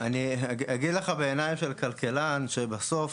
אני אגיד לך בעיניים של כלכלן שבסוף